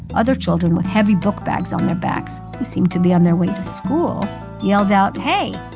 other children with heavy bookbags on their backs who seemed to be on their way to school yelled out, hey,